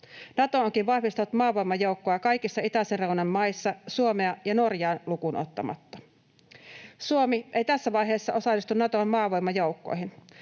Nato onkin vahvistanut maavoimajoukkoja kaikissa itäisen reunan maissa Suomea ja Norjaa lukuun ottamatta. Suomi ei tässä vaiheessa osallistu Naton maavoimajoukkoihin.